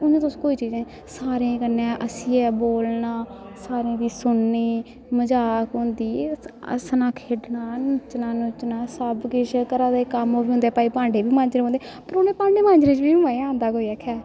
हून तुस कोई चीज नेईं सारें कन्नै हस्सियै बोलना सारें दी सुननी मजाक होंदी एह् हस्सना खेढना नच्चना नुच्चना सब्भ किश घरा दे कम्म बी होंदे भांडे बी मांजने पौंदे पर उं'नें भांडे मांजने च बी मजा औंदा कोई आक्खे